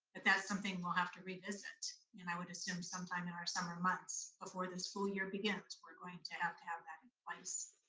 but that's something we'll have to revisit, and i would assume sometime in our summer months. before the school year begins we're going to have to have that in place.